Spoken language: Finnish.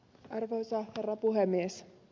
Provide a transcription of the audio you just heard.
arvoisa herra puhemies